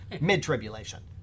mid-tribulation